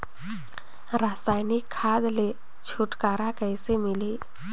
रसायनिक खाद ले छुटकारा कइसे मिलही?